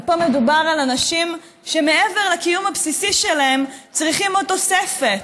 ופה מדובר על אנשים שמעבר לקיום הבסיסי שלהם צריכים תוספת,